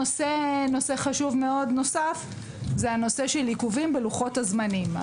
נושא חשוב מאוד נוסף הוא עיכובים בלוחות הזמנים.